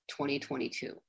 2022